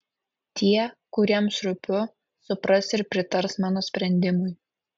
tie kuriems rūpiu supras ir pritars mano sprendimui